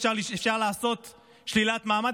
אפשר לעשות שלילת מעמד,